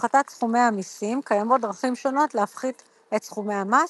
הפחתת סכומי המיסים – קיימות דרכים שונות להפחית את סכומי המס,